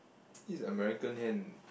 this is American hand